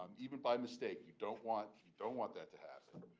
um even by mistake, you don't want don't want that to happen.